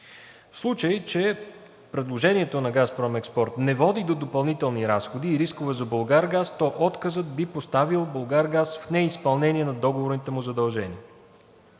В случай че предложението на „Газпром Експорт“ не води до допълнителни разходи и рискове за „Булгаргаз“, то отказът би поставил „Булгаргаз“ в неизпълнение на договорните му задължения.